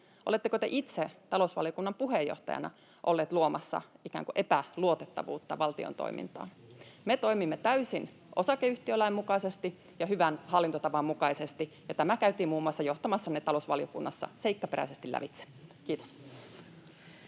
Oletteko te itse talousvaliokunnan puheenjohtajana ollut luomassa ikään kuin epäluotettavuutta valtion toimintaan? Me toimimme täysin osakeyhtiölain mukaisesti ja hyvän hallintotavan mukaisesti, ja tämä käytiin muun muassa johtamassanne talousvaliokunnassa seikkaperäisesti lävitse. — Kiitos.